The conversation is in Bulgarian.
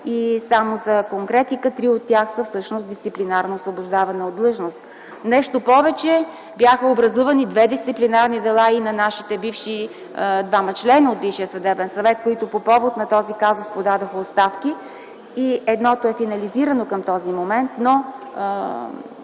Само за конкретика – три от тях са за дисциплинарно освобождаване от длъжност. Нещо повече, бяха образувани две дисциплинарни дела и на нашите бивши двама членове от Висшия съдебен съвет, които по повод на този казус подадоха оставки. Едното е финализирано към този момент,